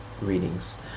readings